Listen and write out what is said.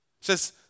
says